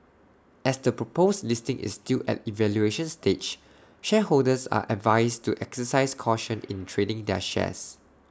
as the proposed listing is still at evaluation stage shareholders are advised to exercise caution in trading their shares